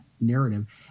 narrative